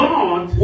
God